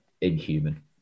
inhuman